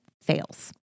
fails